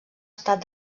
estat